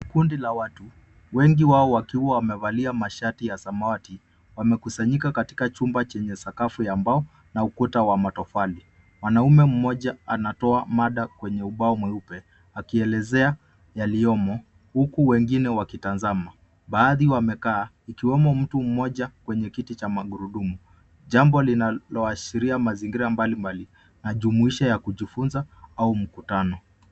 Kundi la watu wengi wao wakiwa wamevalia mashati ya samawati wamekusanyika katika chumba chenye sakafu ya mbao na ukuta wa matofali. Mwanaume mmoja anatoa mada kwenye ubao mweupe, akielezea yaliyomo huku wengine wakitazama. Baadhi wamekaa ikiwemo mtu mmoja kwenye kiti cha magurudumu, jambo linaloashiria mazingira mbalimbali majumuisho ya kujifunza au mkutano.